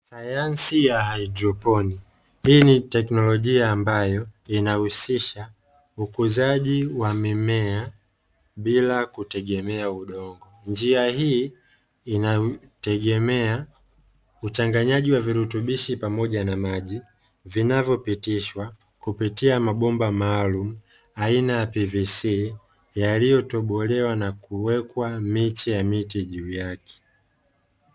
Sayansi ya Haidroponi. Hii ni teknolojia ambayo inahusisha ukuzaji wa mimea bila kutegemea udongo. Njia hii inategemea uchanganyaji wa virutubishi pamoja na maji, vinavyopitishwa kupitia mabomba maalumu aina ya (PVC); yaliyotobolewa na kuwekwa miche ya miti juu yake.